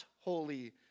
holy